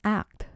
act